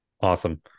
Awesome